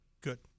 Good